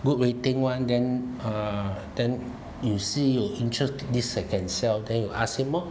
good rating [one] then uh then you see you interest this I can sell then you ask him lor